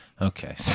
Okay